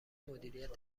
مدیریت